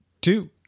two